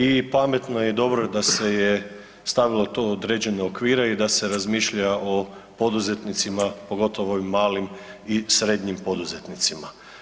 I pametno je i dobro da se je to stavilo u određene okvire i da se razmišlja o poduzetnicima pogotovo ovim malim i srednjim poduzetnicima.